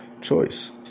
choice